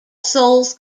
souls